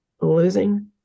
losing